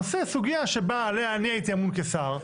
נושא, סוגיה שעליה אני הייתי אמון כשר.